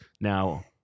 now